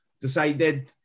decided